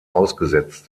ausgesetzt